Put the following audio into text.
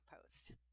post